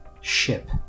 ship